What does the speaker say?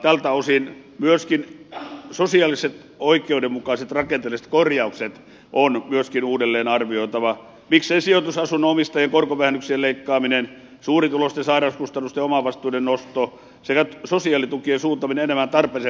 tältä osin myöskin sosiaaliset oikeudenmukaiset rakenteelliset korjaukset on myöskin uudelleen arvioitava miksei sijoitusasunnonomistajien korkovähennyksien leikkaaminen suurituloisten sairauskustannusten omavastuiden nosto sekä sosiaalitukien suuntaaminen enemmän tarpeeseen perustuen